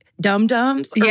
dum-dums